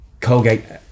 Colgate